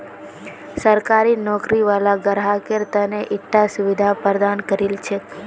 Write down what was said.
सरकारी नौकरी वाला ग्राहकेर त न ईटा सुविधा प्रदान करील छेक